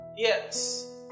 Yes